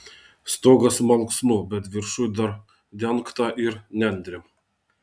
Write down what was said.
stogas malksnų bet viršuj dar dengta ir nendrėm